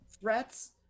threats